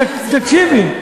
תקשיבי.